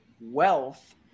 wealth